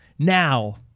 Now